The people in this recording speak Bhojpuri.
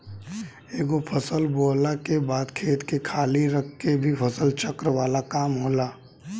एगो फसल बोअला के बाद खेत के खाली रख के भी फसल चक्र वाला काम होला